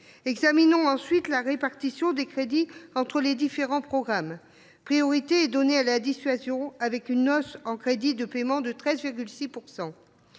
Examinons ensuite la répartition des crédits entre les différents programmes : la priorité est donnée à la dissuasion nucléaire, dont les crédits de paiement sont